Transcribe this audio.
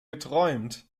geträumt